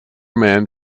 man